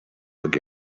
again